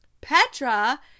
Petra